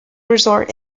result